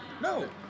No